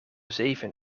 zeven